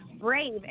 brave